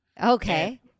Okay